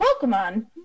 Pokemon